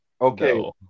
Okay